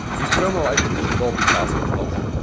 these promo items should all be dazip files,